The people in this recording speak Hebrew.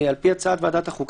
על פי הצעת ועדת החוקה,